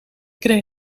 kreeg